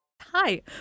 Hi